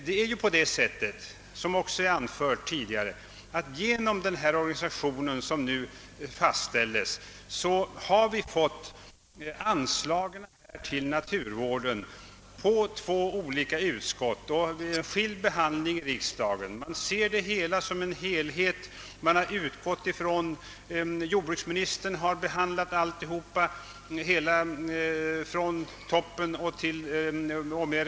Det är ju på det sättet, som också anförts tidigare, att anslagen till den organisation som nu fastställes måst behandlas av två olika utskott här i riksdagen. Man ser det som en helhet — jordbruksministern har behandlat hela frågekom plexet, från toppen ned till regionerna.